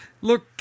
Look